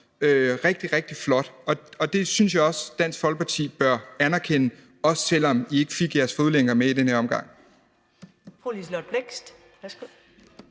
rigtig, rigtig flot, og det synes jeg at Dansk Folkeparti bør anerkende, også selv om I ikke fik jeres forslag om fodlænker med i denne omgang.